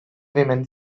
women